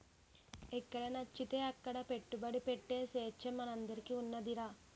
ఎక్కడనచ్చితే అక్కడ పెట్టుబడి ఎట్టే సేచ్చ మనందరికీ ఉన్నాదిరా